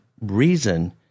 reason